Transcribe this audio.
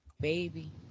baby